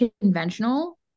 conventional